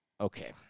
Okay